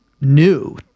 new